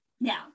Now